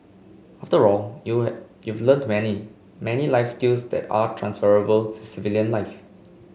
after all you you've learnt many many life skills that are transferable to civilian life